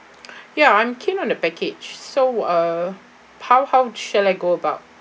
ya I'm keen on the package so uh how how shall I go about